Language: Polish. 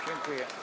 Dziękuję.